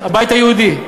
הבית היהודי.